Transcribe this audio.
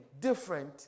different